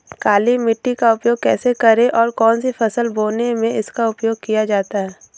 काली मिट्टी का उपयोग कैसे करें और कौन सी फसल बोने में इसका उपयोग किया जाता है?